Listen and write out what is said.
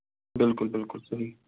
بِلکُل بِلکُل صٮحیح